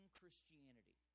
Christianity